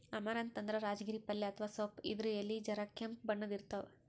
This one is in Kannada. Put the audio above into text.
ಅಮರಂತ್ ಅಂದ್ರ ರಾಜಗಿರಿ ಪಲ್ಯ ಅಥವಾ ಸೊಪ್ಪ್ ಇದ್ರ್ ಎಲಿ ಜರ ಕೆಂಪ್ ಬಣ್ಣದ್ ಇರ್ತವ್